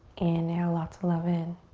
inhale lots of love in.